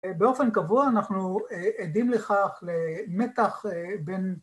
אה, באופן קבוע אנחנו אה, עדים לכך למתח אה, בין